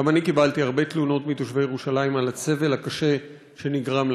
גם אני קיבלתי הרבה תלונות מתושבי ירושלים על הסבל הקשה שנגרם להם.